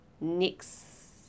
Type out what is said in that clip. next